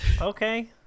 Okay